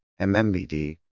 MMBD